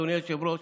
אדוני היושב-ראש,